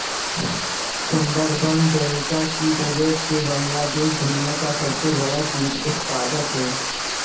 Sundarban delta की वजह से बांग्लादेश दुनिया का सबसे बड़ा जूट उत्पादक है